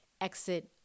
exit